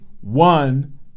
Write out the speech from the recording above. one